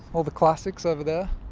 all the classics over there.